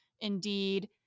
Indeed